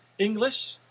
English